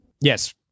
Yes